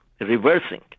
reversing